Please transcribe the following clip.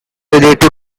relate